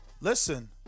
listen